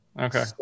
okay